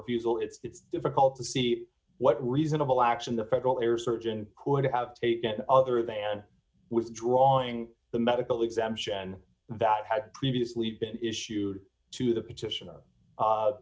refusal it's difficult to see what reasonable action the federal air surgeon could have taken other than withdrawing the medical exemption that had previously been issued to the petition